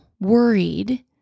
worried